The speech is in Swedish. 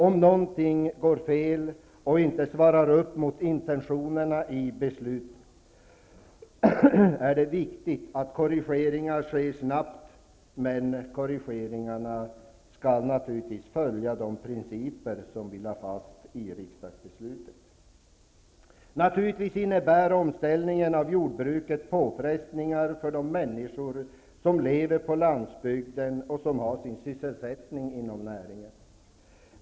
Om någonting går fel och inte svarar mot intentionerna i beslutet är det viktigt att korrigeringar sker snabbt, men de skall naturligtvis följa de principer som vi lade fast i riksdagsbeslutet. Naturligtvis innebär omställningen av jordbruket påfrestningar för de människor som lever på landsbygden och som har sin sysselsättning inom näringen.